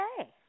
Okay